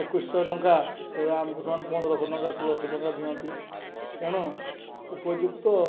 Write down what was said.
ଏକୋଇଶହ ଟଙ୍କା ତେବେ ଆମକୁ ସେମାନେ ପନ୍ଦରଶହ ଟଙ୍କା ଷୋହଳଶହ ଟଙ୍କା ଦିଅନ୍ତି ତେଣୁ ଉପଯୁକ୍ତ